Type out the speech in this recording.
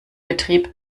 betrieb